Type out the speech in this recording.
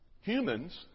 Humans